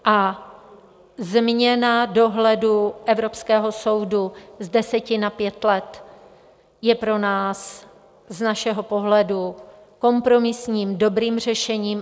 A změna dohledu Evropského soudu z deseti na pět let je pro nás z našeho pohledu kompromisním, dobrým řešením.